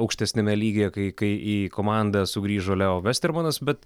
aukštesniame lygyje kai kai į komandą sugrįžo leo vestermanas bet